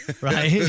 right